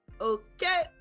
Okay